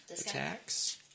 attacks